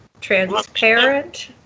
transparent